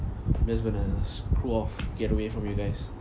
just gonna screw off get away from you guys